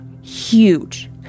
Huge